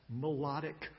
melodic